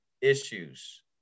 issues